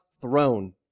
throne